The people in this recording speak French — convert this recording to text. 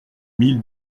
mille